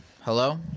hello